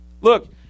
Look